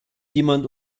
jemand